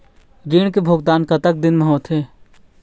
ऋण के भुगतान कतक दिन म होथे?